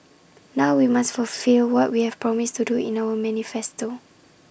now we must fulfil what we have promised to do in our manifesto